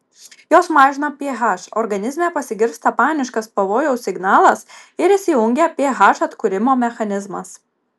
jos mažina ph organizme pasigirsta paniškas pavojaus signalas ir įsijungia ph atkūrimo mechanizmas